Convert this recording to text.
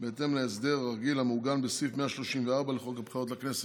בהתאם להסדר הרגיל המעוגן בסעיף 134 לחוק הבחירות לכנסת.